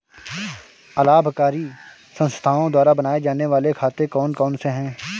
अलाभकारी संस्थाओं द्वारा बनाए जाने वाले खाते कौन कौनसे हैं?